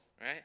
right